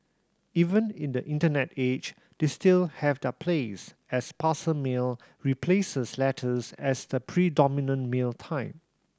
even in the Internet age they still have their place as parcel mail replaces letters as the predominant mail type